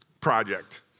project